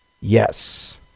Yes